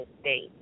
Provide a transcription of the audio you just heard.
state